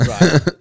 right